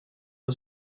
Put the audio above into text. det